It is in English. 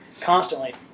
constantly